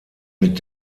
mit